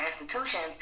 institutions